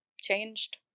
changed